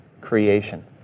creation